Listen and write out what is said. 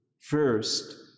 first